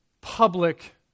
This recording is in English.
public